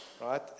Right